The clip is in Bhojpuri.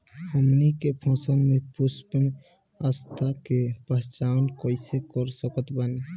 हमनी के फसल में पुष्पन अवस्था के पहचान कइसे कर सकत बानी?